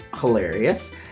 hilarious